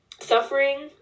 suffering